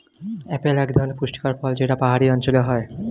apple এক ধরনের পুষ্টিকর ফল যেটা পাহাড়ি অঞ্চলে হয়